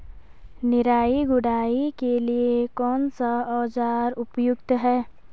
निराई गुड़ाई के लिए कौन सा औज़ार उपयुक्त है?